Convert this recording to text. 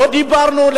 לא דיברנו על